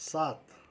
सात